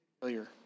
failure